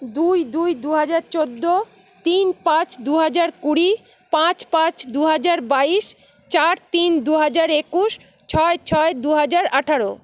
দুই দুই দুহাজার চৌদ্দো তিন পাঁচ দুহাজার কুড়ি পাঁচ পাঁচ দুহাজার বাইশ চার তিন দুহাজার একুশ ছয় ছয় দুহাজার আঠারো